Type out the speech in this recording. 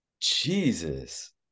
Jesus